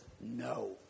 no